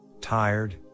tired